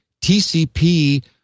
TCP